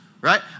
right